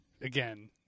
again